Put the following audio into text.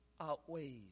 outweighs